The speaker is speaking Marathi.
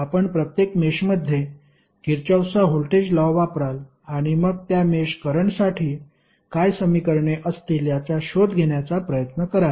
आपण प्रत्येक मेषमध्ये किरचॉफचा व्होल्टेज लॉ वापराल आणि मग त्या मेष करंटसाठी काय समीकरणे असतील याचा शोध घेण्याचा प्रयत्न कराल